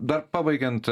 dar pabaigiant